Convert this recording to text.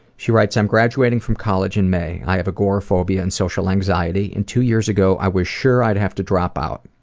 she writes i'm graduating from college in may. i have agoraphobia and social anxiety, and two years ago i was sure i'd have to drop out.